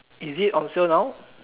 is it on sale now